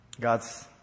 God's